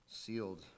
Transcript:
sealed